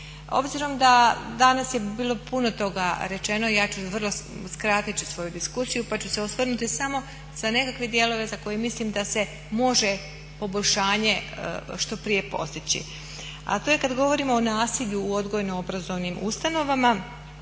Obzirom da danas je bilo puno toga rečeno, skratit ću svoju diskusiju pa ću se osvrnuti samo na nekakve dijelove za koje mislim da se može poboljšanje što prije postići. A to je kad govorimo o nasilju u odgojno-obrazovnim ustanovama